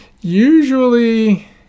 Usually